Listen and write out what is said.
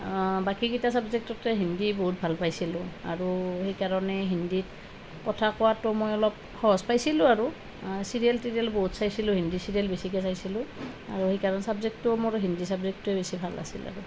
বাকীকেইটা চাবজেক্টটতকৈ হিন্দী বহুত ভাল পাইছিলোঁ আৰু সেইকাৰণে হিন্দীত কথা কোৱাতো মই অলপ সহজ পাইছিলোঁ আৰু চিৰিয়েল তিৰিয়েল বহুত চাইছিলোঁ হিন্দী চিৰিয়েল বেছিকৈ চাইছিলোঁ আৰু সেইকাৰণে চাবজেক্টটো মোৰ হিন্দী চাবজেক্টটোৱে বেছি ভাল লাগিছিল আৰু